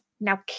Now